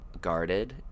guarded